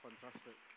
fantastic